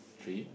tree